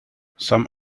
some